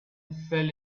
fell